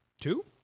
Two